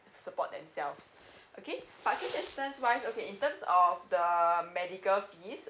support themselves okay but cash assistance wise okay in terms of the medical fees